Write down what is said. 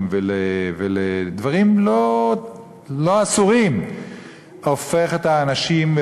ולדברים לא אסורים הופכת את האנשים,